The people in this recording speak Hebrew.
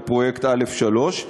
בפרויקט א-3.